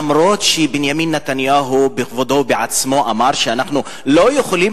אף-על-פי שבנימין נתניהו בכבודו ובעצמו אמר שאנחנו לא יכולים